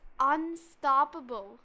unstoppable